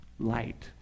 light